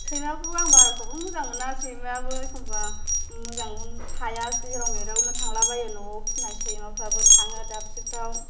सैमाखौबो आं बाराखौबा मोजां मोना सैमायाबो एखमब्ला मोजांखौनो थाया जेराव मेरावनो थांला बायो न'आव फिनाय सैमाफ्राबो थाङो दाबसिफ्राव